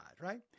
right